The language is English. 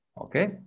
okay